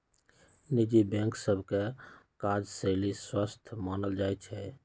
निजी बैंक सभ के काजशैली स्वस्थ मानल जाइ छइ